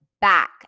back